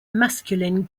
masculine